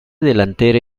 delantera